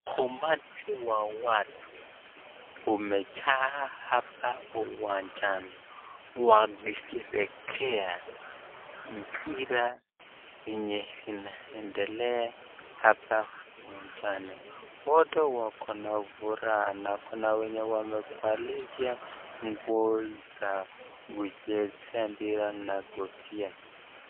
Umati wawatu umejaa hapa uwanjani wakisheherekea mpira yenye inaendelea hapa uwanjani. Wote wakona furaha na Kuna wenye wamevalia Nguo za mchezo ya mpira na kofia.